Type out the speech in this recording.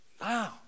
Wow